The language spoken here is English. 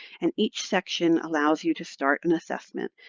and each section allows you to start an assessment.